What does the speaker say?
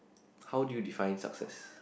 how do you define success